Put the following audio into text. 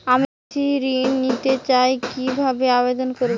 আমি কৃষি ঋণ নিতে চাই কি ভাবে আবেদন করব?